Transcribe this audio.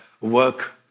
work